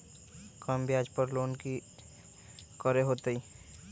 कम ब्याज पर लोन की करे के होतई?